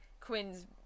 Quinn's